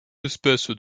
espèces